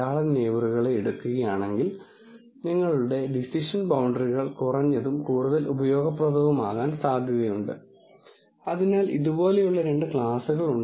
ഈ ലെക്ച്ചറിൽ ഡാറ്റാ സയൻസിനെക്കുറിച്ചുള്ള ആദ്യ ആമുഖ ലെക്ച്ചറിൽ നമ്മൾ പരിഹരിച്ച പ്രോബ്ളങ്ങളുടെ തരത്തെക്കുറിച്ചുള്ള ചോദ്യങ്ങൾ ഉടനടി അഭിസംബോധന ചെയ്യാൻ ഞാൻ ആഗ്രഹിക്കുന്നു